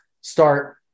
start